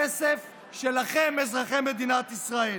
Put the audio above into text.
כסף שלכם, אזרחי מדינת ישראל,